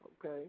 Okay